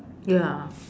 ya